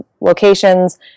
locations